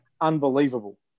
unbelievable